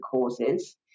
causes